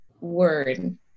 word